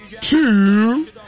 two